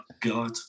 god